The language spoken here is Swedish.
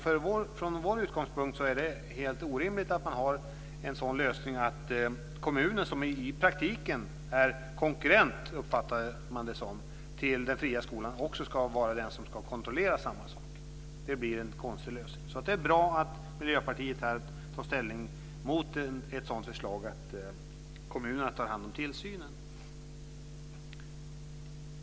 Från vår utgångspunkt är det helt orimligt med en lösning där kommunen, som i praktiken kan uppfattas som konkurrent till den fria skolan, också ska vara den som ska kontrollera samma sak. Det blir en konstig lösning. Det är alltså bra att Miljöpartiet här tar ställning mot ett förslag där kommunerna tar hand om tillsynen.